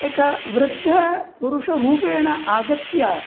एकः वृद्धपुरुषरूपेण आगत्य